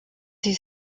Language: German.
sie